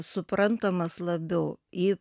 suprantamas labiau į